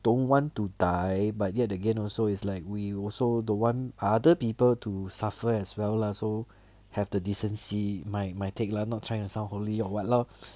don't want to die but yet again also is like we also don't want other people to suffer as well lah so have to decency my my take lah no trying to sound holy or what lor